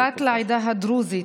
אני בת לעדה הדרוזית.